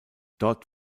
dort